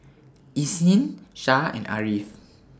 Isnin Shah and Ariff